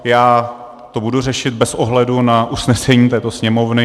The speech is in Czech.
Já to budu řešit bez ohledu na usnesení této Sněmovny.